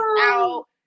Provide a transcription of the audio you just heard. out